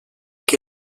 que